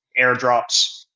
airdrops